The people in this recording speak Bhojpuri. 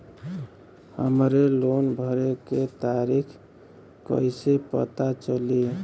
हमरे लोन भरे के तारीख कईसे पता चली?